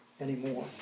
anymore